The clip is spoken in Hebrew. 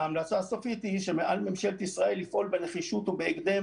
וההמלצה הסופית היא שעל ממשלת ישראל לפעול בנחישות ובהקדם